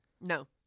no